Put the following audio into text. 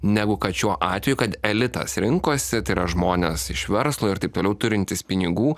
negu kad šiuo atveju kad elitas rinkosi tai yra žmonės iš verslo ir taip toliau turintys pinigų